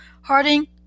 Harding